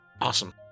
Awesome